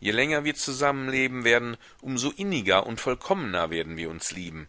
je länger wir zusammen leben werden um so inniger und vollkommener werden wir uns lieben